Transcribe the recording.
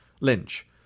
Lynch